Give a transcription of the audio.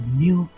new